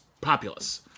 populace